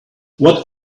what